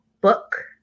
Book